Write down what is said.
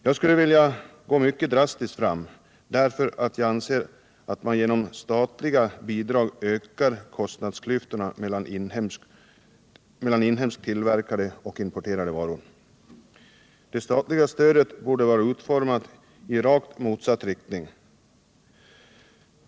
Jag skulle vilja gå mycket drastiskt fram, eftersom jag anser att man genom statliga bidrag ökar kostnadsklyftorna mellan inhemskt tillverkade och importerade varor. Det statliga stödet borde vara utformat så att det verkar i rakt motsatt riktning.